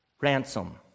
ransom